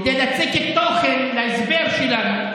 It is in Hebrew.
כדי לצקת תוכן להסבר שלנו.